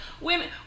Women